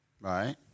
Right